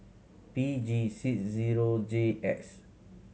P G six zero J X